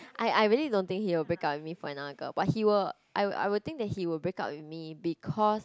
I I really don't think he will break up with me for another girl but he will I'll I will think that he will break up with me because